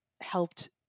helped